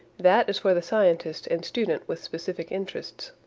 that is for the scientist and student with specific interests.